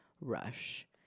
rush